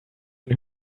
ein